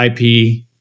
IP